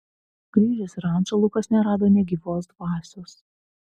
grįžęs į rančą lukas nerado nė gyvos dvasios